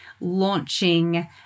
launching